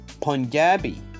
Punjabi